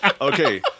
Okay